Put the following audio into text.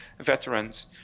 veterans